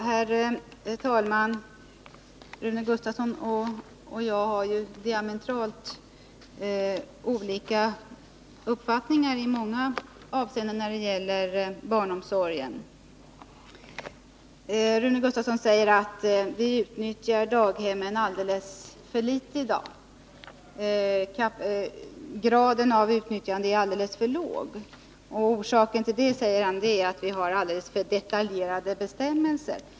Herr talman! Rune Gustavsson och jag har diametralt olika uppfattningar i många avseenden när det gäller barnomsorgen. Rune Gustavsson säger att vi f.n. utnyttjar daghemmen alldeles för litet, att graden av utnyttjande är alldeles för låg. Orsaken till det, menar han, är att vi har alltför detaljerade bestämmelser.